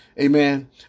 Amen